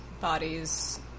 bodies